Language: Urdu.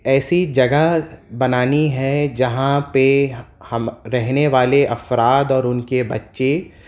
ایسی جگہ بنانی ہے جہاں پہ ہم رہنے والے افراد اور ان کے بچے